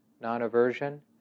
non-aversion